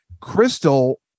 Crystal